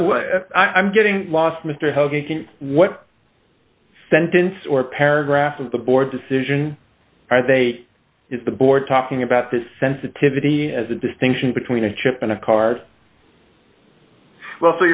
i'm getting lost mr hogan what sentence or paragraph of the board decision are they is the board talking about this sensitivity as a distinction between a chip and a card well